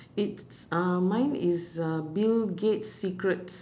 it's uh mine is uh bill gates' secrets